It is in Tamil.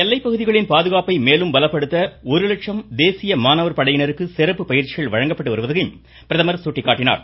எல்லைப் பகுதிகளின் பாதுகாப்பை மேலும் பலப்படுத்த ஒரு லட்சம் தேசிய மாணவர் படையினருக்கு சிறப்பு பயிற்சிகள் வழங்கப்பட்டு வருவதையும் பிரதமர் சுட்டிக்காட்டினார்